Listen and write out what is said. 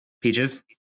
peaches